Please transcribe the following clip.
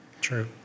True